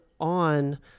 on